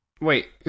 Wait